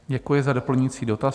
Děkuji za doplňující dotaz.